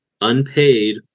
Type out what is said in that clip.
unpaid